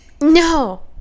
No